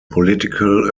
political